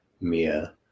Mia